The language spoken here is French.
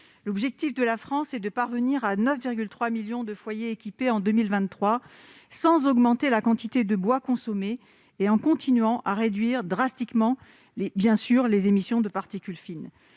L'objectif de la France est de parvenir à en équiper 9,3 millions de foyers d'ici à 2023, sans augmenter la quantité de bois consommée et en continuant à réduire drastiquement les émissions de particules fines.